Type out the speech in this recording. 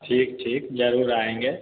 ठीक ठीक ज़रूर आएँगे